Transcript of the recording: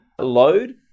load